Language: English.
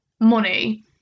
money